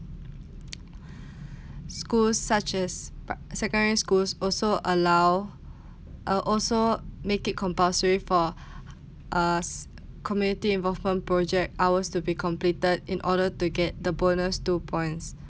schools such as pri~ secondary schools also allow uh also make it compulsory for us community involvement project hours to be completed in order to get the bonus two points